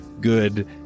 good